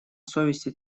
совести